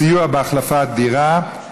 סיוע בהחלפת דירה),